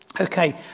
Okay